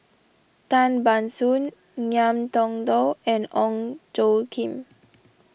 Tan Ban Soon Ngiam Tong Dow and Ong Tjoe Kim